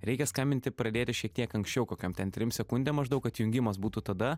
reikia skambinti pradėti šiek tiek anksčiau kokiom ten trim sekundėm maždaug kad jungimas būtų tada